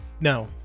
No